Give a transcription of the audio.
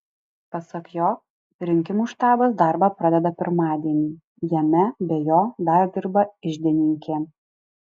pasak jo rinkimų štabas darbą pradeda pirmadienį jame be jo dar dirba iždininkė